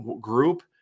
group